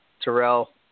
Terrell